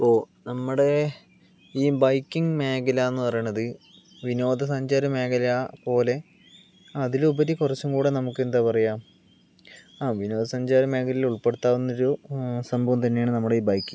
ഇപ്പോൾ നമ്മുടെ ഈ ബൈക്കിംഗ് മേഖല എന്ന് പറയുന്നത് വിനോദ സഞ്ചാര മേഖല പോലെ അതിലുപരി കുറച്ചും കൂടെ നമുക്ക് എന്താ പറയുക ആ വിനോദ സഞ്ചാര മേഖലയിൽ ഉൾപ്പെടുത്താവുന്ന ഒരു സംഭവം തന്നെയാണ് നമ്മുടെ ഈ ബൈക്കിംഗ്